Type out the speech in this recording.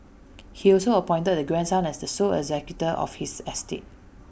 he also appointed the grandson as the sole executor of his estate